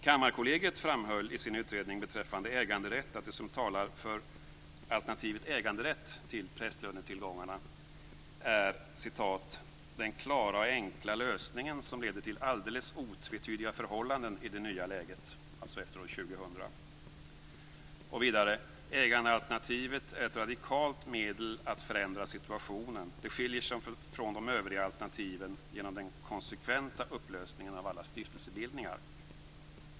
Kammarkollegiet framhöll i sin utredning beträffande äganderätt att det som talar för alternativet äganderätt när det gäller prästlönetillgångarna är "den klara och enkla lösningen som leder till alldeles otvetydiga förhållanden i det nya läget" - alltså efter år 2000. Vidare framhöll man: "Ägandealternativet är ett radikalt medel att förändra situationen. Det skiljer sig från de övriga alternativen genom den konsekventa upplösningen av alla stiftelsebildningar".